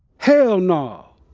hell nah.